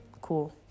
Cool